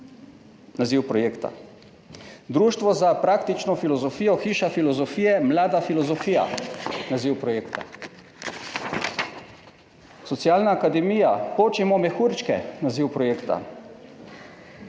naziv projekta. Društvo za praktično filozofijo Hiša filozofije, Mlada filozofija naziv projekta. Socialna akademija, Počimo mehurčke naziv projekta.